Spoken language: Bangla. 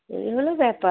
এই হলো ব্যাপার